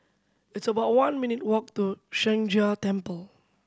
it's about one minute' walk to Sheng Jia Temple